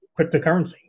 cryptocurrency